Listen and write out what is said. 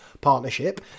partnership